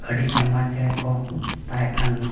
ᱟᱹᱰᱤ ᱟᱭᱢᱟ ᱪᱮᱬᱮ ᱠᱚ ᱛᱟᱦᱮᱸᱠᱟᱱ